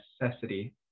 necessity